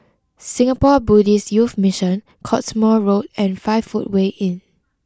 Singapore Buddhist Youth Mission Cottesmore Road and five footway Inn